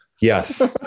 Yes